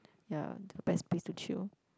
ya the best place to chill